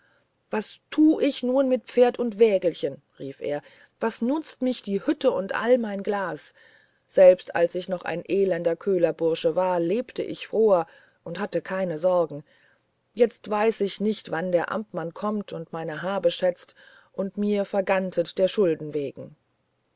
was tu ich nun mit pferd und wägelchen rief er was nutzt mich die hütte und all mein glas selbst als ich noch ein elender köhlersbursch war lebte ich froher und hatte keine sorgen jetzt weiß ich nicht wenn der amtmann kommt und meine habe schätzt und mir vergantet der schulden wegen